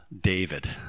David